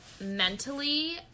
mentally